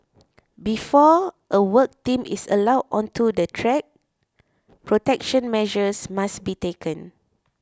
before a work team is allowed onto the track protection measures must be taken